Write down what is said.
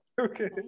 Okay